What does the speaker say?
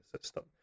system